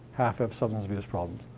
half have substance abuse problems.